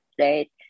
right